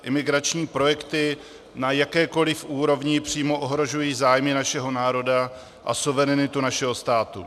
Imigrační projekty na jakékoli úrovni přímo ohrožují zájmy našeho národa a suverenitu našeho státu.